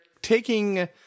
taking